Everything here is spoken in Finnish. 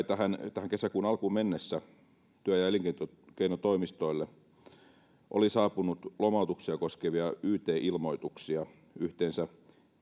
tähän tähän kesäkuun alkuun mennessä työ ja elinkeinotoimistoille oli saapunut lomautuksia koskevia yt ilmoituksia yhteensä